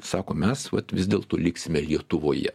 sako mes vat vis dėlto liksime lietuvoje